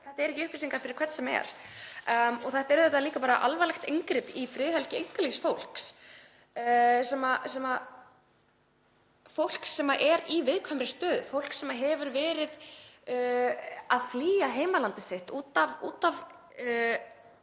þetta eru ekki upplýsingar fyrir hvern sem er. Þetta er auðvitað líka bara alvarlegt inngrip í friðhelgi einkalífs fólks sem er í viðkvæmri stöðu, fólks sem hefur verið að flýja heimaland sitt af ástæðum